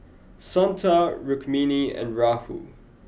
Santha Rukmini and Rahul